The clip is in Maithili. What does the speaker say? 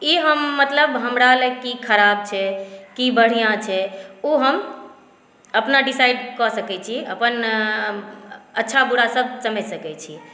ई हम मतलब हमरा लए की खराब छै की बढ़िऑं छै ओ हम अपना डिसाइड कऽ सकै छी अपन अच्छा बुरा सभ समैझ सकै छी